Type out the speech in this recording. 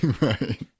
Right